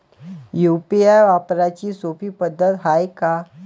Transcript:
UPI वापराची सोपी पद्धत हाय का?